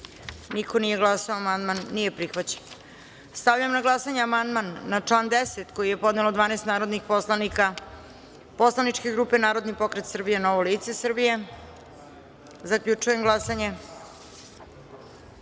niko nije glasao. Amandman nije prihvaćen. Stavljam na glasanje amandman na član 10. koji je podnelo 12 narodnih poslanika poslaničke grupe Narodni pokret Srbije - Novo lice Srbije. Zaključujem glasanje: